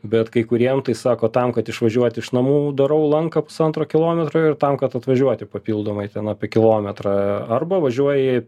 bet kai kuriem tai sako tam kad išvažiuoti iš namų darau lanką pusantro kilometro ir tam kad atvažiuoti papildomai ten apie kilometrą arba važiuoji